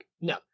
no